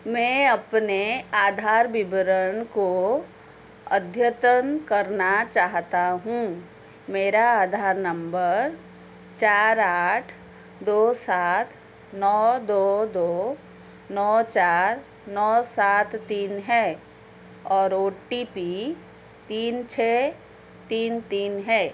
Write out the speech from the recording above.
मैं अपने आधार विवरण को अद्यतन करना चाहता हूँ मेरा आधार नम्बर चार आठ दो सात नौ दो दो नौ चार नौ सात तीन है और ओ टी पी तीन छह तीन तीन है